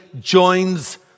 joins